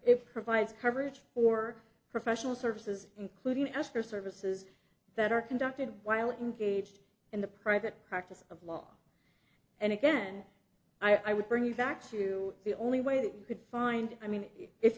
it provides coverage for professional services including astor services that are conducted while engaged in the private practice of law and again i would bring you back to the only way that you could find i mean if